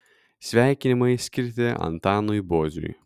sveikinimai skirti antanui boziui